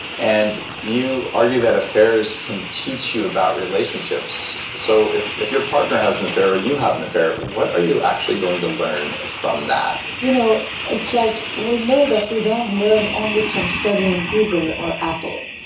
and you argue that affairs can teach you about relationships so if if your partner has an affair or you have an affair, what are you actually going to learn from that? you know, it's like we know that we don't learn only from studying google or apple.